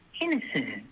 innocent